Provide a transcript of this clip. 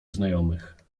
znajomych